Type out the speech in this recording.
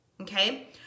okay